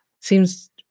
seems